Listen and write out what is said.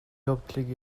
явдлыг